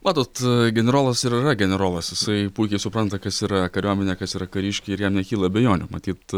matot generolas ir yra generolas jisai puikiai supranta kas yra kariuomenė kas yra kariškiai ir jam nekyla abejonių matyt